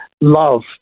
love